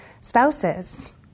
spouses